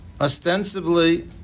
Ostensibly